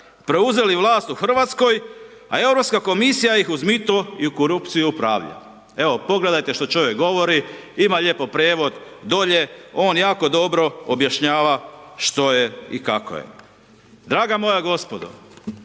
preuzeli vlast u RH, a Europska Komisija ih uz mito i korupciju upravlja. Evo, pogledajte što čovjek govori, ima lijepo prijevod dolje, on jako dobro objašnjava što je i kako je. Draga moja gospodo,